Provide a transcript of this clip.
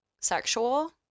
sexual